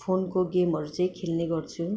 फोनको गेमहरू चाहिँ खेल्ने गर्छु